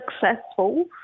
successful